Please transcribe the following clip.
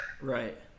Right